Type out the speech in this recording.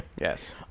Yes